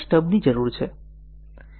માટે સ્ટબની જરૂર છે